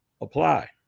apply